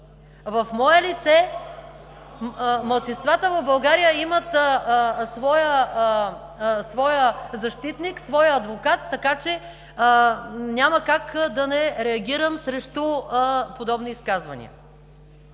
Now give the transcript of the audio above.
В мое лице малцинствата в България имат своя защитник, своя адвокат, така че няма как да не реагирам срещу подобни изказвания.